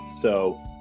So-